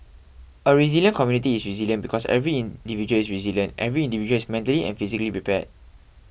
a resilient community is resilient because every individual is resilient every individual is mentally and physically prepared